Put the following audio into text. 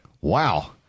Wow